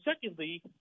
secondly